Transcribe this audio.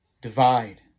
divide